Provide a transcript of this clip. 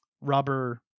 rubber